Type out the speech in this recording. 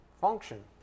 Function